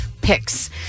picks